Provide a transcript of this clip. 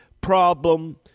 problem